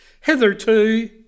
hitherto